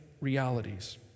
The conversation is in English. realities